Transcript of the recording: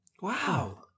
Wow